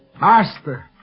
Master